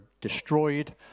destroyed